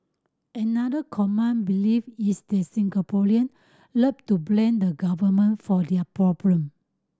another common belief is the Singaporean love to blame the Government for their problem